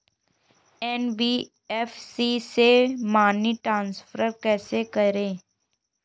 NBFC से money transfer कैसे करें?